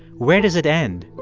where does it end?